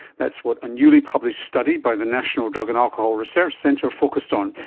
that's what a newly published study by the national drug and alcohol research centre focused on.